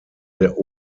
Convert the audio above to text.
der